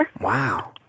Wow